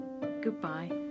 Goodbye